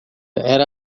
era